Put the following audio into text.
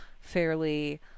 fairly